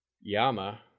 Yama